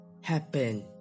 happen